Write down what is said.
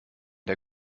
der